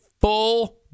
full